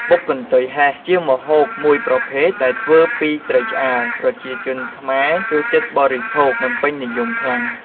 បុកកន្ទុយហេះជាម្ហូបមួយប្រភេទដែលធ្វើពីត្រីឆ្អើរប្រជាជនខ្មែរចូលចិត្តបរិភោគនិងពេញនិយមខ្លាំង។